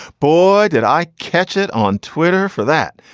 boy, did i catch it on twitter for that.